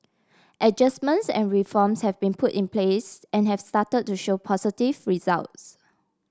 adjustments and reforms have been put in place and have start to show positive results